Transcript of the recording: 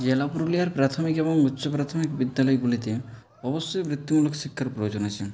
জেলা পুরুলিয়ার প্রাথমিক এবং উচ্চ প্রাথমিক বিদ্যালয়গুলিতে অবশ্যই বৃত্তিমূলক শিক্ষার প্রয়োজন আছে